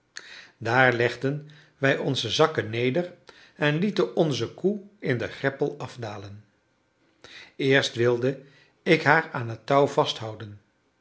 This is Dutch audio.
daar legden wij onze zakken neder en lieten onze koe in de greppel afdalen eerst wilde ik haar aan het touw vasthouden